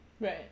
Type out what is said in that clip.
Right